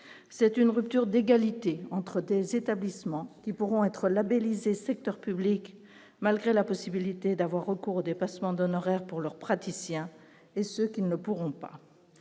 c'est une rupture d'égalité entre des établissements qui pourront être labellisés, secteur public malgré la possibilité d'avoir recours aux dépassements d'honoraires pour leur praticien et ceux qui ne pourront pas